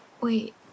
Wait